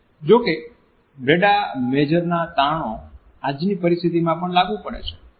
જો કે બ્રેન્ડા મેજરના તારણો આજની પરિસ્થિતિમાં પણ લાગુ પડે છે